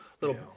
little